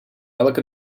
elke